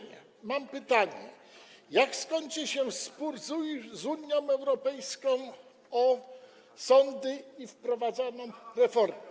Mam pytanie: Jak skończy się spór z Unią Europejską o sądy i wprowadzaną reformę?